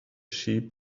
sheep